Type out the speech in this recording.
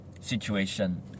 situation